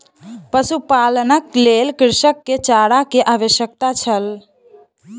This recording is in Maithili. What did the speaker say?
पशुपालनक लेल कृषक के चारा के आवश्यकता छल